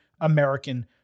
American